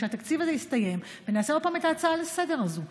כשהתקציב הזה יסתיים ונעשה עוד פעם את ההצעה לסדר-היום הזו,